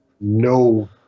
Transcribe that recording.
no